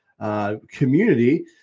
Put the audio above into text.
community